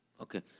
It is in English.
okay